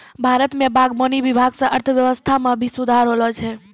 भारत मे बागवानी विभाग से अर्थव्यबस्था मे भी सुधार होलो छै